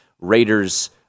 Raiders